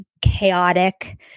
chaotic